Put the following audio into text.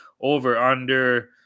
over-under